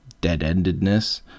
dead-endedness